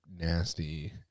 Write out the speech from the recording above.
nasty